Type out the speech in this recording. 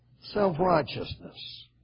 self-righteousness